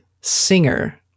singer